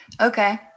Okay